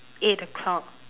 eight o'clock